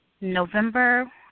November